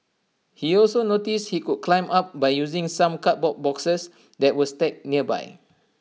he also noticed he could climb up by using some cardboard boxes that were stacked nearby